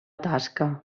tasca